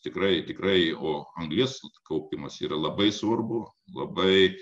tikrai tikrai o anglies kaupimas yra labai svarbu labai